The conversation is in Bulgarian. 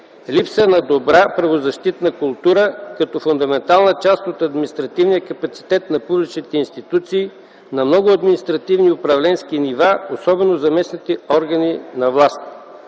липса на добра правозащитна култура като фундаментална част от административния капацитет на публичните институции на много административни управленски нива, особено за местните органи на власт.